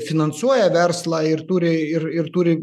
finansuoja verslą ir turi ir ir turi